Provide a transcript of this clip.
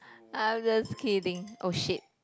I'm just kidding oh shit